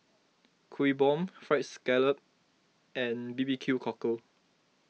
Kuih Bom Fried Scallop and B B Q Cockle